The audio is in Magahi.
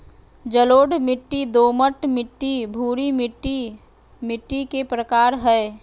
जलोढ़ मिट्टी, दोमट मिट्टी, भूरी मिट्टी मिट्टी के प्रकार हय